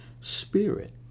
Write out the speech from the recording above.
spirit